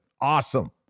Awesome